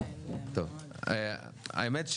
האמת,